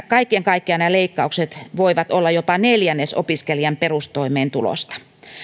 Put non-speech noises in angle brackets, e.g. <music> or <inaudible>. <unintelligible> kaiken kaikkiaan nämä leikkaukset voivat olla jopa neljännes opiskelijan perustoimeentulosta